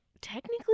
Technically